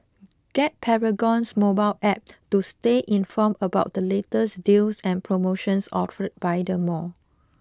get Paragon's mobile App to stay informed about the latest deals and promotions offered by the mall